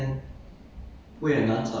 um